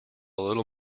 little